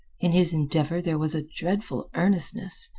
in his endeavor there was a dreadful earnestness,